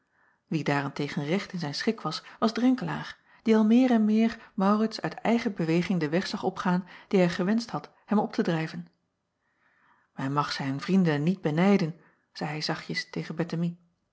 ie daar-en-tegen recht in zijn schik was was renkelaer die al meer en meer aurits uit eigen beweging den weg zag opgaan dien hij gewenscht had hem op te drijven en mag zijn vrienden niet benijden zeide hij zachtjes tegen